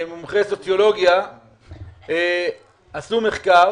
מומחי סוציולוגיה עשו מחקר